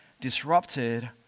disrupted